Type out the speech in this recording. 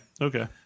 Okay